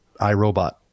iRobot